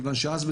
מכיוון שאז,